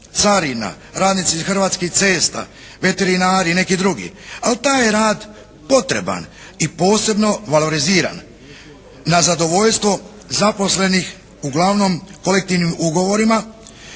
carina, radnici Hrvatskih cesta, veterinari i neki drugi, ali taj je rad potreban i posebno valoriziran na zadovoljstvo zaposlenih uglavnom kolektivnim ugovorima